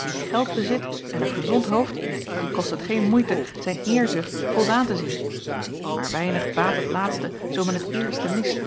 wie geld bezit en een gezond hoofd dien kost het geen moeite zijn eerzucht voldaan te zien maar weinig baat het laatste zoo men het eerste mist